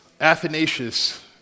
Athanasius